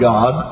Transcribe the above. God